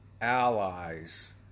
allies